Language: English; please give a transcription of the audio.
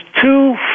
two